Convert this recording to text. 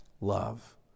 love